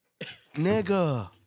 Nigga